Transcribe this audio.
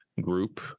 group